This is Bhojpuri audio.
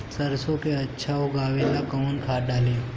सरसो के अच्छा उगावेला कवन खाद्य डाली?